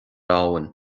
abhainn